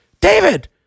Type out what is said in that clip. David